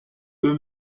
eux